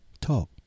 talk